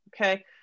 okay